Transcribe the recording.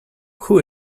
who